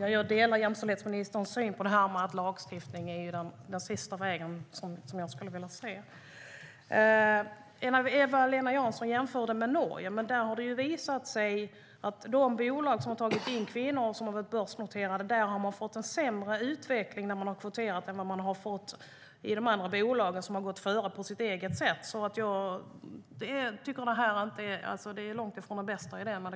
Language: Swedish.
Jag delar jämställdhetsministerns syn när det gäller lagstiftning. Det är den sista vägen jag skulle vilja gå. Eva-Lena Jansson jämförde med Norge, men där har det ju visat sig att de börsnoterade bolag som har tagit in kvinnor genom kvotering har fått en sämre utveckling än de bolag som har gått före på sitt eget sätt. Jag tycker alltså att kvotering är långt ifrån den bästa idén.